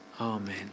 Amen